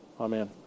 Amen